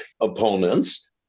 opponents